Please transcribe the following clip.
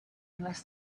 unless